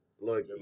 look